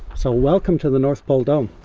so, welcome to the north pole dome.